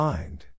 Mind